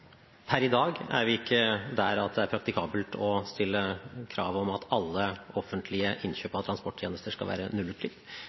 Per i dag er vi ikke der at det er praktikabelt å stille krav om at alle offentlige innkjøp